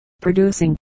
producing